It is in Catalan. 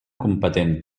competent